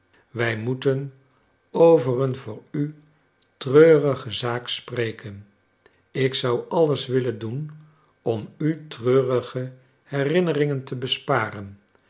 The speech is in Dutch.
wij moeten over een voor u treurige zaak spreken ik zou alles willen doen om u treurige herinneringen te besparen